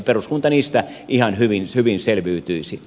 peruskunta niistä ihan hyvin selviytyisi